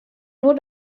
nur